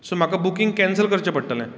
so म्हाका booking cancel करचें पडटलें